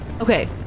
Okay